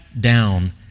down